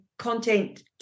content